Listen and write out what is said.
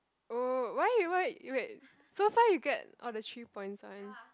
oh why why wait so far you get all the three points one